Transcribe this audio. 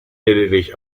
lediglich